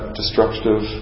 destructive